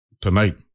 tonight